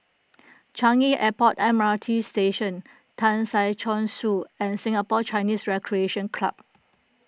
Changi Airport M R T Station Tan Si Chong Su and Singapore Chinese Recreation Club